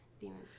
demons